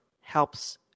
helps